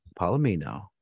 Palomino